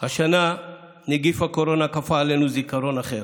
השנה נגיף הקורונה כפה עלינו זיכרון אחר.